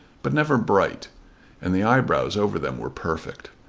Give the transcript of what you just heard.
but never bright and the eyebrows over them were perfect.